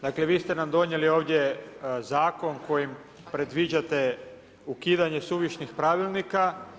Dakle, vi ste nam donijeli zakon kojim predviđate ukidanje suvišnih pravilnika.